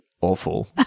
awful